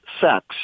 sex